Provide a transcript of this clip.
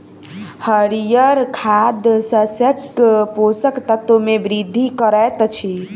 हरीयर खाद शस्यक पोषक तत्व मे वृद्धि करैत अछि